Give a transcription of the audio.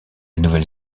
nouvelle